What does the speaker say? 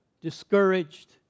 discouraged